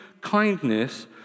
kindness